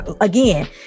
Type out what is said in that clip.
again